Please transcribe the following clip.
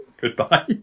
Goodbye